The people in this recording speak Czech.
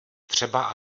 třeba